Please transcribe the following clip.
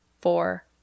four